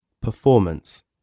performance